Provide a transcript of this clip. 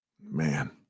Man